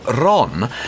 Ron